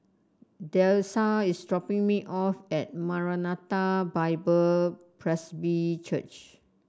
Dessa is dropping me off at Maranatha Bible Presby Church